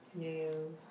no